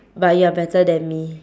but you're better than me